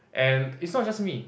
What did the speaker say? and is not just me